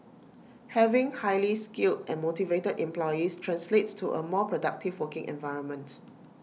having highly skilled and motivated employees translates to A more productive working environment